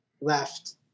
left